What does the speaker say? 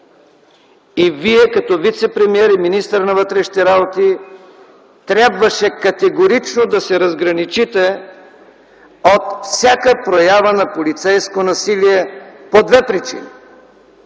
Вие като вицепремиер и министър на вътрешните работи трябваше категорично да се разграничите от всяка проява на полицейско насилие по две причини.